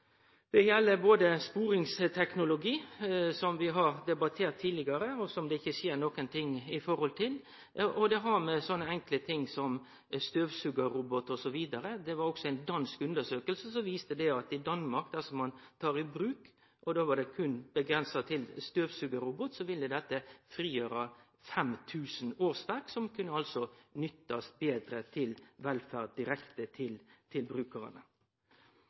Det gjeld sporingsteknologi, som vi har debattert tidlegare, som det ikkje skjer noko med, og det gjeld så enkle ting som støvsugarrobotar osv. Ei dansk undersøking har vist at dersom ein tar i bruk støvsugarrobotar, vil dette frigjere 5 000 årsverk, som altså kunne nyttast som direkte velferd til brukarane.